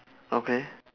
okay